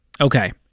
Okay